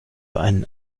einen